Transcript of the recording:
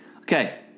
Okay